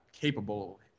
capable